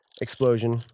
explosion